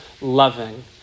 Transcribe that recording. loving